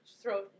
throw